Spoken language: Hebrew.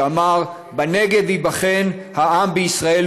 שאמר: "בנגב ייבחן העם בישראל,